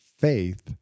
faith